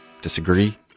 disagree